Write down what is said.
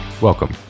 welcome